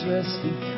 Resting